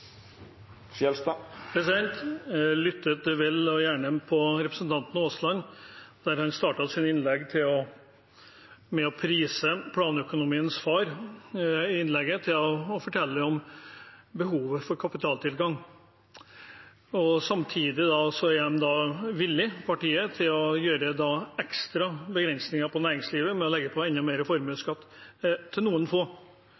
Jeg lyttet vel og gjerne på representanten Aasland, som startet sitt innlegg med å prise planøkonomiens far og gikk over til å fortelle om behovet for kapitaltilgang. Samtidig er partiet villig til å legge ekstra begrensninger på næringslivet ved å legge på enda mer formuesskatt, til noen få.